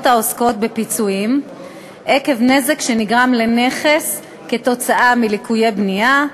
העוסקות בפיצויים עקב נזק שנגרם לנכס מליקויי בנייה,